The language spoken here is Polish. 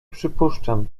przypuszczam